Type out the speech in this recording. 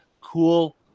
cool